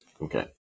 okay